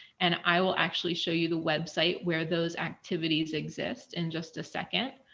and i will actually show you the website where those activities exist in just a second.